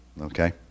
okay